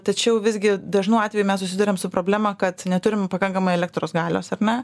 tačiau visgi dažnu atveju mes susiduriam su problema kad neturim pakankamai elektros galios ar ne